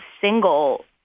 single